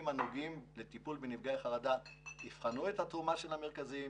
הנוגעים לטיפול בנפגעי חרדה יבחנו את התרומה של המרכזים,